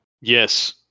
Yes